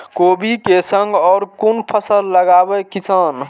कोबी कै संग और कुन फसल लगावे किसान?